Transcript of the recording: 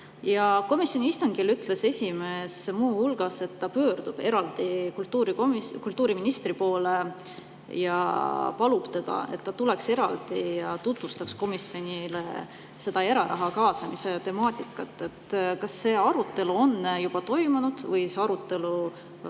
Komisjoni istungil ütles esimees muuhulgas, et ta pöördub kultuuriministri poole ja palub teda, et ta tuleks ja tutvustaks komisjonile eraraha kaasamise temaatikat. Kas see arutelu on juba toimunud või see [alles]